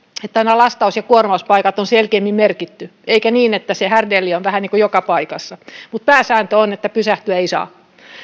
että nämä lastaus ja kuormauspaikat on selkeämmin merkitty ei niin että härdelli on vähän niin kuin joka paikassa mutta pääsääntö on että pysähtyä ei saa